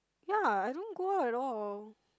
ya I don't go out at all